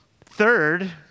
Third